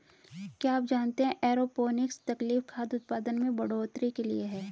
क्या आप जानते है एरोपोनिक्स तकनीक खाद्य उतपादन में बढ़ोतरी के लिए है?